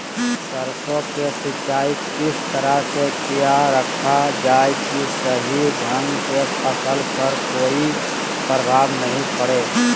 सरसों के सिंचाई किस तरह से किया रखा जाए कि सही ढंग से फसल पर कोई प्रभाव नहीं पड़े?